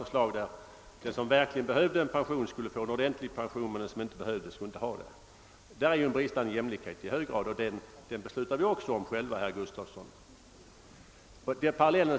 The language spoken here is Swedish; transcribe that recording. Jag sade då att den som verkligen behövde en pension skulle få en ordentlig sådan, men den som inte behövde pensionen skulle heller inte ha den. Där föreligger i hög grad bristande jämlikhet. Även den saken beslutade vi om själva här i riksdagen, herr Gustavsson.